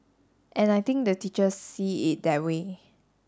and I think the teachers see it that way